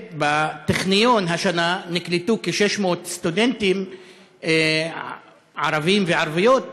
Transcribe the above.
בטכניון השנה נקלטו כ-600 סטודנטים ערבים וערביות,